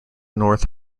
north